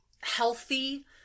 healthy